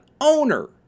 owner